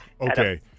okay